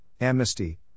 amnesty